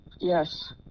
Yes